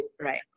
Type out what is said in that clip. right